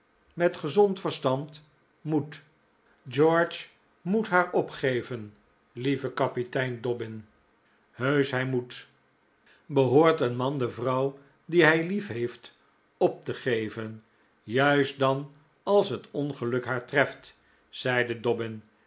met gezond verstand moet george moet haar opgeven lieve kapitein dobbin heusch hij moet behoort een man de vrouw die hij lief heeft op te geven juist dan als het ongeluk haar treft zeide dobbin